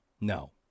No